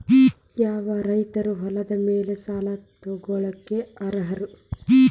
ಯಾವ ರೈತರು ಹೊಲದ ಮೇಲೆ ಸಾಲ ತಗೊಳ್ಳೋಕೆ ಅರ್ಹರು?